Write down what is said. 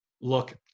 look